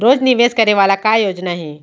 रोज निवेश करे वाला का योजना हे?